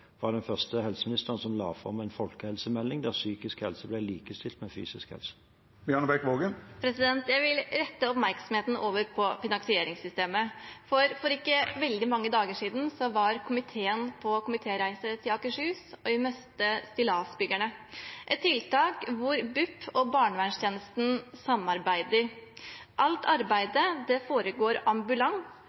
var den første helseministeren som la fram en folkehelsemelding der psykisk helse ble likestilt med fysisk helse. Jeg vil lede oppmerksomheten over på finansieringssystemet. For ikke veldig mange dager siden var komiteen på komitéreise til Akershus, og vi møtte Stillasbyggerne, et tiltak hvor BUP og barnevernstjenesten samarbeider. Alt arbeidet foregår ambulant